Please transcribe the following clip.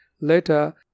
Later